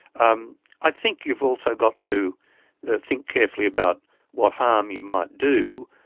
um i think you've also got to think carefully about what harm you might do,